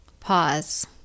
Pause